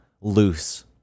loose